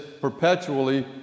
perpetually